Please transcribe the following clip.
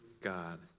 God